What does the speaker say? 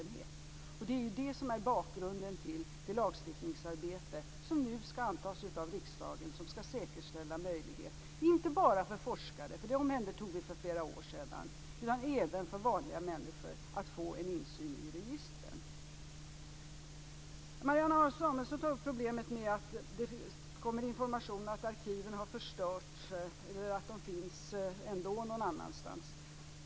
Det är det som är bakgrunden till det lagstiftningsarbete som riksdagen nu skall ta ställning till. Det skall säkerställa att inte bara forskare - dem tog vi om hand för flera år sedan - utan även vanliga människor har en möjlighet att få insyn i registren. Marianne Samuelsson tar upp problemet att det kommer information om att arkiven har förstörts eller att de finns någon annanstans.